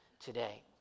today